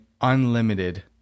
unlimited